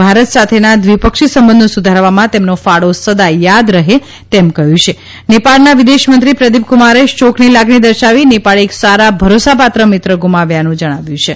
ભારત સાથેના દ્વપિક્ષ્નીબંધો સુધારવામાં તેમનો ફાળો સદા થાદ રહે તેમ કહ્યુંછે નેપાળના વદિશમંત્રીપ્રદીપકુમારેશોકની લાગણી દર્શાવીનેપાળે એક સારા ભરોસાપાત્ સત્તિશ્રામાવ્યાનુંજણાવ્યુંછે